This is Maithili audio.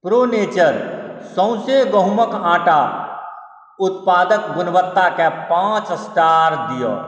प्रो नेचर सौंसे गहूमक आटा उत्पादक गुणवत्ताके पाँच स्टार दिअ